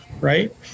right